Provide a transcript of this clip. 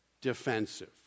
defensive